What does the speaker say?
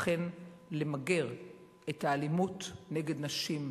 אכן למגר את האלימות נגד נשים,